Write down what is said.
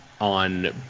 on